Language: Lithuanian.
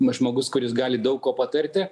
na žmogus kuris gali daug ko patarti